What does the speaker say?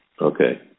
Okay